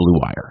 BlueWire